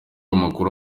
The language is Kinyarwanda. amakuru